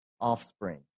offspring